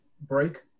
break